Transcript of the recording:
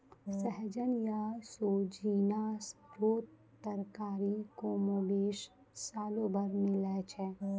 सहजन या सोजीना रो तरकारी कमोबेश सालो भर मिलै छै